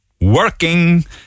working